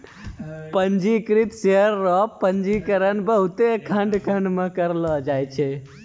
पंजीकृत शेयर रो पंजीकरण बहुते खंड खंड मे करलो जाय छै